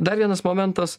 dar vienas momentas